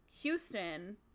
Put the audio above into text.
Houston